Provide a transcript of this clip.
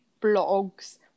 blogs